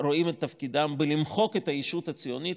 רואים את תפקידם במחיקת הישות הציונית,